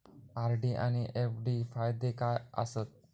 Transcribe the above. RD आनि FD फायदे काय आसात?